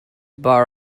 bar